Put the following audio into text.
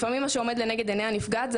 לפעמים מה שעומד לנגד עיני הנפגעת זה